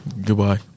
Goodbye